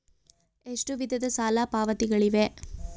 ಎಷ್ಟು ವಿಧದ ಸಾಲ ಪಾವತಿಗಳಿವೆ?